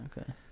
Okay